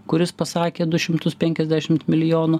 kuris pasakė du šimtus penkiasdešimt milijonų